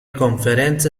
conferenze